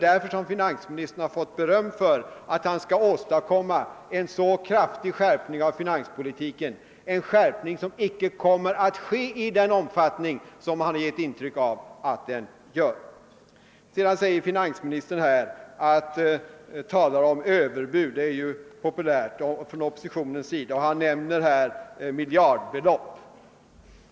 Därför har finansministern fått beröm för att han skall åstadkomma en så kraftig skärpning av finanspolitiken — en skärpning som dock icke kommer att ske i den omfattning som han har givit uttryck för. Finansministern talar om Ööverbud från oppositionens sida — det är ju populärt — och han nämner miljardbelopp.